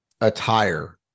attire